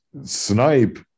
snipe